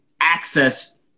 access